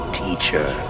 teacher